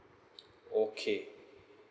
okay